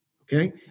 Okay